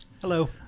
Hello